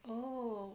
oh